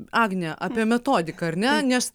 agne apie metodiką ar ne nes